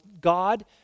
God